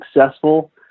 successful